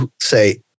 say